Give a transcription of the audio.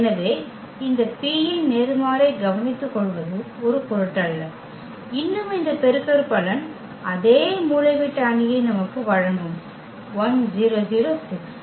எனவே இந்த P ன் நேர்மாறை கவனித்துக்கொள்வது ஒரு பொருட்டல்ல இன்னும் இந்த பெருகற்பலன் அதே மூலைவிட்ட அணியை நமக்கு வழங்கும் 1 0 0 6